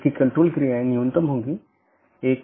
इसपर हम फिर से चर्चा करेंगे